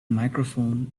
microphone